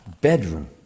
bedroom